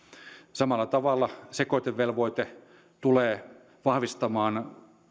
samalla tavalla sekoitevelvoite tulee vahvistamaan